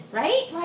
right